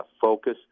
focus